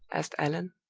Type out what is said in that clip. asked allan.